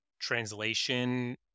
translation